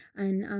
and, um,